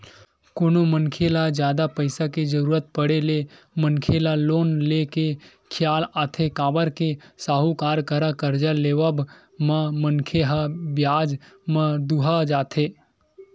कोनो मनखे ल जादा पइसा के जरुरत पड़े ले मनखे ल लोन ले के खियाल आथे काबर के साहूकार करा करजा लेवब म मनखे ह बियाज म दूहा जथे